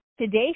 today